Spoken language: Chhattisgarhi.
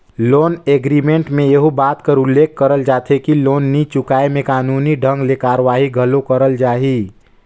लोन एग्रीमेंट में एहू बात कर उल्लेख करल जाथे कि लोन नी चुकाय में कानूनी ढंग ले कारवाही घलो करल जाही